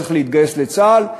צריך להתגייס לצה"ל,